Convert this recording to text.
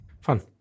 Fun